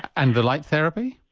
and the light therapy?